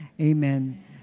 amen